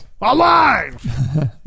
Alive